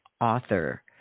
author